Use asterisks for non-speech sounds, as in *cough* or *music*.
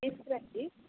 *unintelligible*